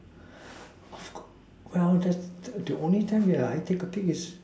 well that's the only time I take a peek is